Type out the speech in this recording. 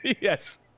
Yes